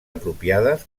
apropiades